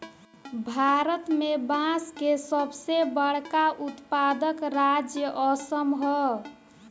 भारत में बांस के सबसे बड़का उत्पादक राज्य असम ह